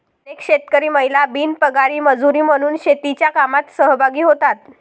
अनेक शेतकरी महिला बिनपगारी मजुरी म्हणून शेतीच्या कामात सहभागी होतात